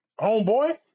homeboy